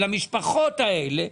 למשפחות האלו,